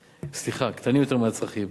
סליחה, קטנים יותר מהצרכים,